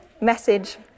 message